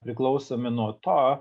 priklausomi nuo to